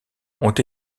ont